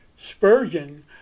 Spurgeon